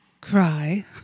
cry